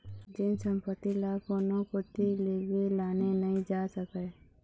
जेन संपत्ति ल कोनो कोती लेगे लाने नइ जा सकय